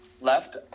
left